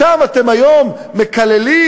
אותם אתם היום מקללים,